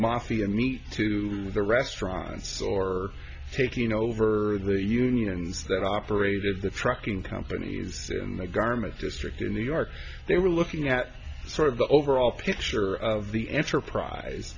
mafia meat to the restaurants or taking over the unions that operated the trucking companies in the garment district in new york they were looking at sort of the overall picture of the enterprise